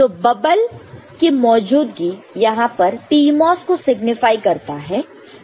तो बबल की मौजूदगी यहां पर PMOS को सिग्नीफाई करता है